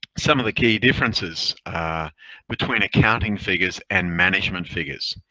some of the key differences between accounting figures and management figures.